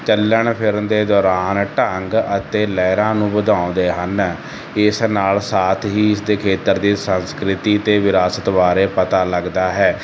ਚੱਲਣ ਫਿਰਨ ਦੇ ਦੌਰਾਨ ਢੰਗ ਅਤੇ ਲਹਿਰਾਂ ਨੂੰ ਵਧਾਉਂਦੇ ਹਨ ਇਸ ਨਾਲ ਸਾਥ ਹੀ ਇਸ ਦੇ ਖੇਤਰ ਦੀ ਸੰਸਕ੍ਰਿਤੀ ਅਤੇ ਵਿਰਾਸਤ ਬਾਰੇ ਪਤਾ ਲੱਗਦਾ ਹੈ